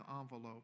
envelope